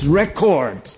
record